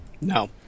no